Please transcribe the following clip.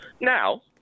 Now